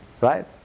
right